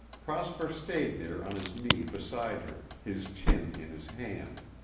prosper stayed there on his knee beside her, his chin in his hand.